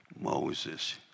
Moses